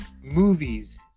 movies